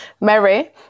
Mary